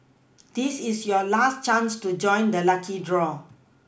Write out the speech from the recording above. this is your last chance to join the lucky draw